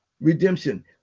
Redemption